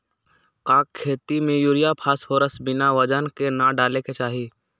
का खेती में यूरिया फास्फोरस बिना वजन के न डाले के चाहि?